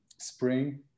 spring